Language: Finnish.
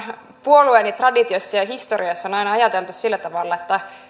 puolueeni traditiossa ja historiassa on aina ajateltu sillä tavalla että